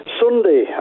sunday